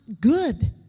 good